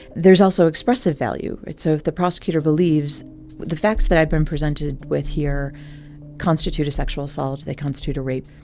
there's also expressive value. so if the prosecutor believes the facts that i've been presented with here constitute a sexual assault, they constitute a rape.